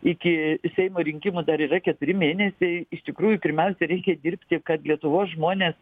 iki seimo rinkimų dar yra keturi mėnesiai iš tikrųjų pirmiausia reikia dirbti kad lietuvos žmonės